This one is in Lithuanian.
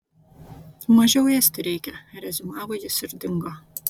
mažiau ėsti reikia reziumavo jis ir dingo